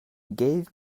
gave